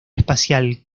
espacial